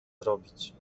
zrobić